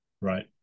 Right